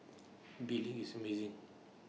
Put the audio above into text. bee Ling is amazing